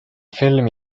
film